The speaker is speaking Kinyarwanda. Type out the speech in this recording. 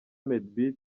madebeat